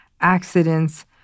accidents